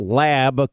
lab